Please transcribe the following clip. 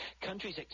Countries